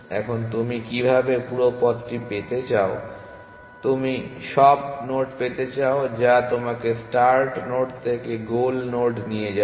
এখন তুমি কিভাবে পুরো পথটি পেতে চাও তুমি সব নোড পেতে চাও যা তোমাকে স্টার্ট নোড থেকে গোল নোডে নিয়ে যায়